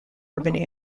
urban